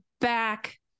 back